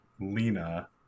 lena